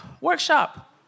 workshop